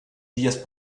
días